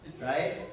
Right